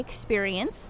Experience